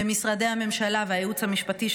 למשרדי הממשלה והייעוץ המשפטי,